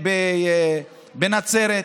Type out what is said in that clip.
בנצרת,